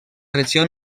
regió